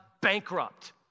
bankrupt